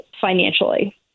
financially